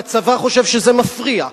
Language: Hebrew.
והצבא חושב שזה מפריע.